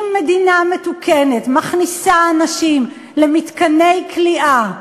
אם מדינה מתוקנת מכניסה אנשים למתקני כליאה, היא